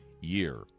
year